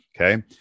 okay